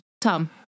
Tom